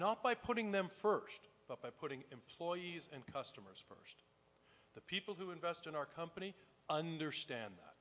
not by putting them first but by putting employees and customers from the people who invest in our company understand that